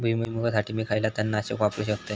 भुईमुगासाठी खयला तण नाशक मी वापरू शकतय?